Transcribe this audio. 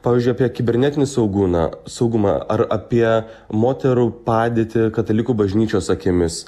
pavyzdžiui apie kibernetinį sauguną saugumą ar apie moterų padėtį katalikų bažnyčios akimis